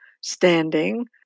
standing